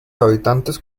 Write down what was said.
habitantes